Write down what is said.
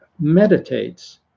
meditates